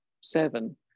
seven